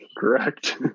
correct